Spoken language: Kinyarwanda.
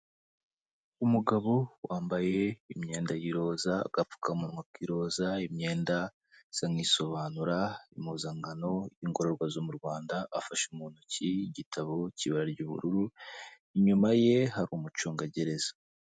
Umugabo wambaye imyenda y'iroza, agapfukamunwa k'iroza, imyenda isa nk'isobanura impozankano y'ingororwa zo mu Rwanda afashe mu ntoki igitabo cy'ibara ry'ubururu, inyuma ye hari umucungagereza.